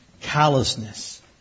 callousness